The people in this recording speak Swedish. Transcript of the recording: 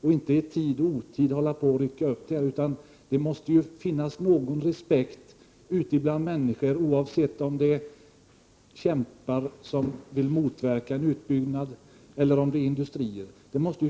och inte i tid och otid hålla på och rycka i dem. Det måste finnas en respekt för lagarna ute bland människor, oavsett om de är kämpar som vill motverka utbyggnad eller det är industrier.